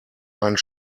einen